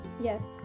yes